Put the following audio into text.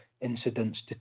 incidents